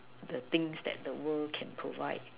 the things that the world can provide